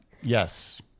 Yes